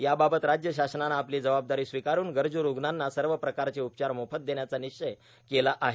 याबाबत राज्य शासनानं आपलो जबाबदारो स्वीकारुन गरजू रुग्णांना सव प्रकारचे उपचार मोफत देण्याचा र्मिश्चिय केला आहे